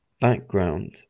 background